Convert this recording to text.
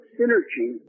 synergy